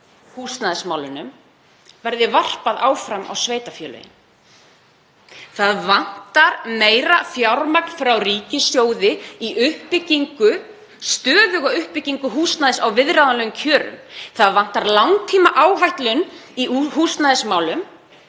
húsnæðismálunum, verði varpað áfram á sveitarfélögin. Það vantar meira fjármagn frá ríkissjóði í uppbyggingu, stöðuga uppbyggingu húsnæðis á viðráðanlegum kjörum. Það vantar langtímaáætlun í húsnæðismálum.